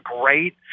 great